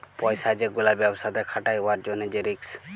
পইসা যে গুলা ব্যবসাতে খাটায় উয়ার জ্যনহে যে রিস্ক